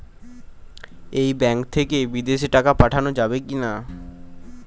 এই ব্যাঙ্ক থেকে বিদেশে টাকা পাঠানো যাবে কিনা?